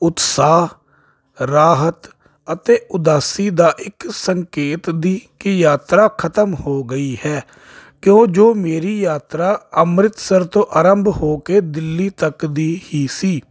ਉਤਸਾਹ ਰਾਹਤ ਅਤੇ ਉਦਾਸੀ ਦਾ ਇੱਕ ਸੰਕੇਤ ਦੀ ਕੀ ਯਾਤਰਾ ਖਤਮ ਹੋ ਗਈ ਹੈ ਕਿਉਂ ਜੋ ਮੇਰੀ ਯਾਤਰਾ ਅੰਮ੍ਰਿਤਸਰ ਤੋਂ ਆਰੰਭ ਹੋ ਕੇ ਦਿੱਲੀ ਤੱਕ ਦੀ ਹੀ ਸੀ